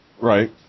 Right